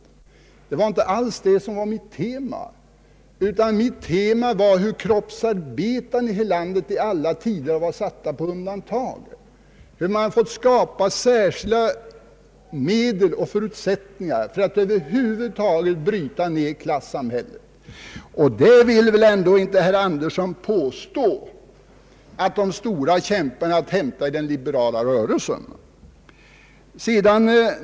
Men det var inte alls detta som var mitt tema. Mitt tema var hur kroppsarbetarna i landet i alla tider varit satta på undantag, hur man fått skapa särskilda medel och förutsättningar för att kunna bryta ned klassamhället. Där vill väl ändå inte herr Andersson påstå att de stora kämparna är att hämta i den liberala rörelsen?